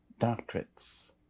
doctorates